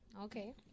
Okay